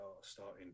starting